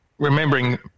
remembering